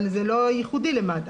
אבל זה לא ייחודי למד"א.